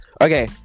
Okay